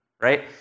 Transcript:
right